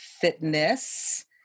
Fitness